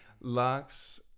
Lux